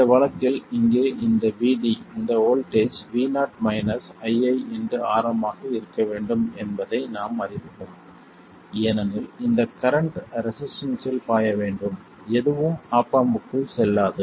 இந்த வழக்கில் இங்கே இந்த Vd இந்த வோல்ட்டேஜ் Vo ii Rm ஆக இருக்க வேண்டும் என்பதை நாம் அறிவோம் ஏனெனில் இந்த கரண்ட் ரெசிஸ்டன்ஸ்ஸில் பாய வேண்டும் எதுவும் ஆப் ஆம்ப்க்குள் செல்லாது